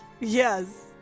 Yes